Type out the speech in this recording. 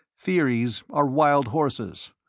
theories are wild horses.